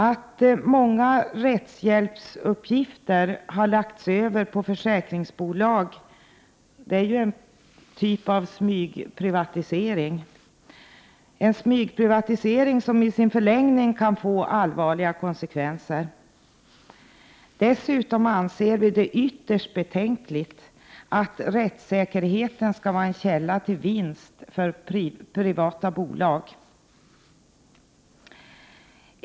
Att många rättshjälpsuppgifter har lagts över på försäkringsbolag är en form av smygprivatisering, som i sin förlängning kan få allvarliga konsekvenser. Sedan anser vi att det är ytterst betänkligt att rättssäkerheten skall vara en källa till vinst för privata bolag.